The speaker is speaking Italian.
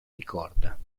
ricorda